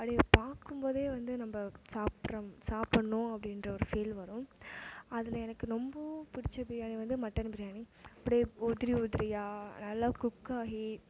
அப்படியே பார்க்கும் போதே வந்து நம்ம சாப்ட்றம் சாப்புடணும் அப்படின்ற ஒரு ஃபீல் வரும் அதில் எனக்கு ரொம்பவும் பிடிச்ச பிரியாணி வந்து மட்டன் பிரியாணி அப்படியே உதிரி உதிரியாக நல்லா குக் ஆகி